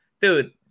dude